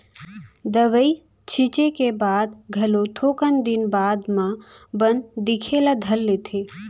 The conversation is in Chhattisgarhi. दवई छींचे के बाद घलो थोकन दिन बाद म बन दिखे ल धर लेथे